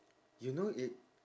you know it